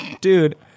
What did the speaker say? Dude